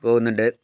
പോകുന്നുണ്ട്